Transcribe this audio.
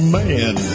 man